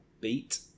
Beat